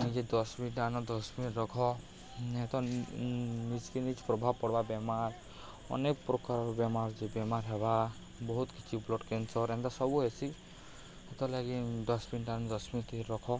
ନିଜେ ଡଷ୍ଟ୍ବିନ୍ଟା ଆନ ଡଷ୍ଟ୍ବିନ୍ ରଖ ନାଇହେଲେ ତ ନିଜ୍କେ ନିଜ୍ ପ୍ରଭାବ୍ ପଡ଼୍ବା ବେମାର୍ ଅନେକ୍ ପ୍ରକାରର୍ ବେମାର୍ ଯେ ବେମାର୍ ହେବା ବହୁତ୍ କିଛି ବ୍ଲଡ଼୍ କେନ୍ସର୍ ଏନ୍ତା ସବୁ ହେସି ହେତର୍ଲାଗି ଡଷ୍ଟ୍ବିନ୍ ଆନି ଉନା ଡଷ୍ଟ୍ବିନ୍ ରଖ